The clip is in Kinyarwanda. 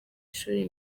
ishuri